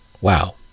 Wow